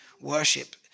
worship